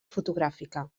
fotogràfica